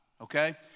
Okay